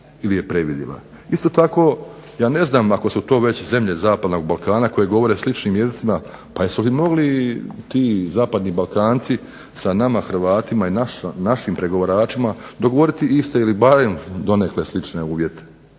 ili je previdila. Isto tako, ja ne znam ako su to već zemlje zapadnog Balkana koje govore sličnim jezicima, pa jesu li mogli ti zapadni Balkanci sa nama Hrvatima i našim pregovaračima dogovoriti iste ili barem donekle slične uvjete